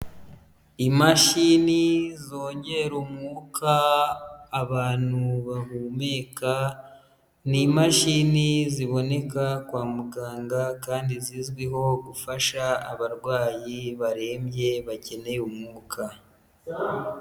Imashini zongera umwuka abantu bahumeka, ni imashini ziboneka kwa muganga kandi zizwiho gufasha abarwayi barembye bakeneye umwuka.